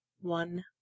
one